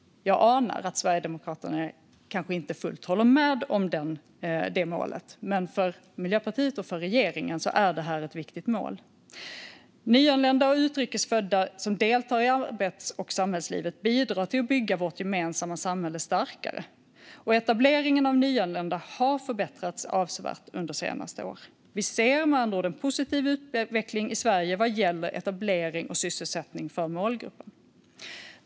Jag anar att Sverigedemokraterna inte fullt ut håller med om det målet, men för Miljöpartiet och regeringen är det ett viktigt mål. Nyanlända och utrikes födda som deltar i arbets och samhällslivet bidrar till att bygga vårt gemensamma samhälle starkare. Etableringen av nyanlända har förbättrats avsevärt under senare år. Vi ser med andra ord en positiv utveckling i Sverige vad gäller etablering och sysselsättning för målgruppen.